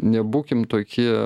nebūkim tokie